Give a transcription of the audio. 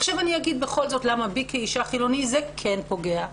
עכשיו אני אגיד בכל זאת למה בי כאישה חילונית זה כן פוגע.